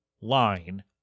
line